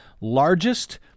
largest